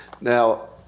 Now